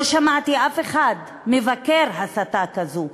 לא שמעתי אף אחד מבקר הסתה כזו,